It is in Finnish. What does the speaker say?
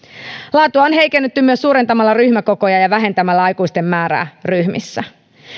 laatua on heikennetty myös suurentamalla ryhmäkokoja ja vähentämällä aikuisten määrää ryhmissä